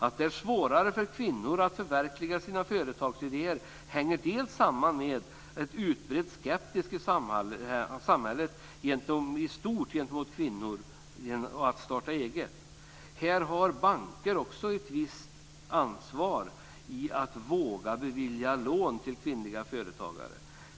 Att det är svårare för kvinnor att förverkliga sina företagsidéer hänger bl.a. samman med en utbredd skepsis i samhället i stort gentemot kvinnor som vill starta eget. Här har bankerna också ett visst ansvar när det gäller att våga bevilja lån till kvinnliga företagare.